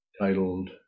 titled